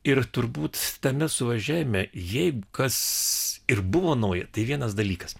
ir turbūt tame suvažiavime jeigu kas ir buvo nauja tai vienas dalykas